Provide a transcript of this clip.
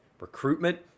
Recruitment